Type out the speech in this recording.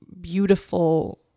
beautiful